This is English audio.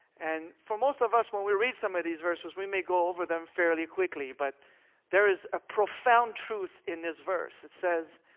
and for most of us when we read some of these verses, we may go over them fairly quickly, but there is a profound truth in this verse. it says.